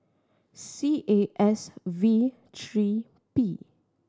C A S V three P